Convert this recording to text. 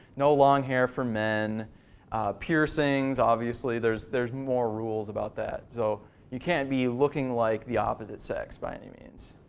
no long hair for men no piercings obviously, there's there's more rules about that. so you can't be looking like the opposite sex by any means.